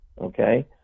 Okay